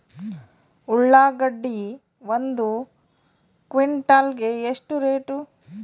ಉಳ್ಳಾಗಡ್ಡಿ ಒಂದು ಕ್ವಿಂಟಾಲ್ ಗೆ ಎಷ್ಟು ರೇಟು?